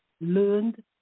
learned